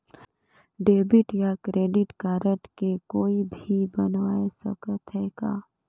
Debit या credit card के कोई भी बनवाय सकत है का?